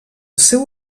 seu